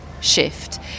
Shift